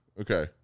Okay